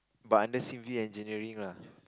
but under civil engineering lah